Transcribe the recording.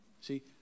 See